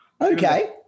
Okay